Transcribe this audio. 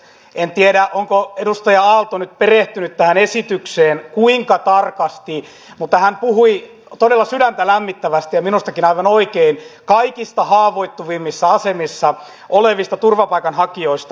en tiedä kuinka tarkasti edustaja aalto on nyt perehtynyt tähän esitykseen mutta hän puhui todella sydäntä lämmittävästi ja minustakin aivan oikein kaikista haavoittuvimmissa asemissa olevista turvapaikanhakijoista